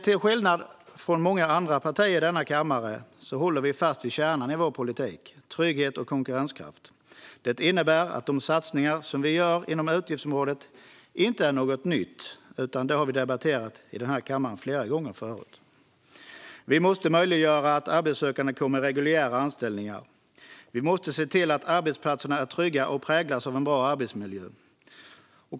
Till skillnad från många andra partier i denna kammare håller vi sverigedemokrater fast vid kärnan i vår politik: trygghet och konkurrenskraft. Det innebär att de satsningar som vi gör inom utgiftsområdet inte är något nytt utan något vi har debatterat i den här kammaren flera gånger förut: Vi måste möjliggöra att arbetssökande kommer i reguljära anställningar, och vi måste se till att arbetsplatserna är trygga och präglas av en bra arbetsmiljö.